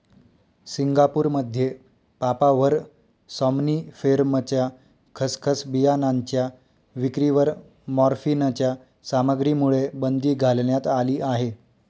सिंगापूरमध्ये पापाव्हर सॉम्निफेरमच्या खसखस बियाणांच्या विक्रीवर मॉर्फिनच्या सामग्रीमुळे बंदी घालण्यात आली आहे